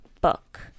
book